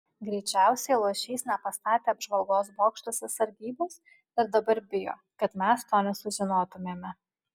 greičiausiai luošys nepastatė apžvalgos bokštuose sargybos ir dabar bijo kad mes to nesužinotumėme